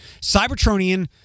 Cybertronian